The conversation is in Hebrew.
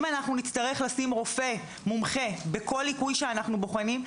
אם נצטרך לשים רופא מומחה בכל ליקוי שאנחנו בוחנים,